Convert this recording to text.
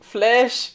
Flash